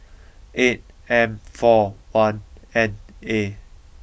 eight M four one N A